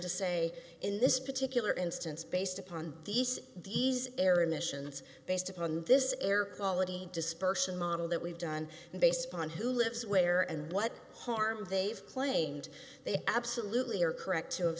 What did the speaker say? to say in this particular instance based upon these these air emissions based upon this air quality dispersal model that we've done and based upon who lives where and what harm they've claimed they absolutely are correct to have